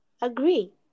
agree